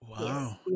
wow